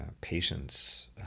patience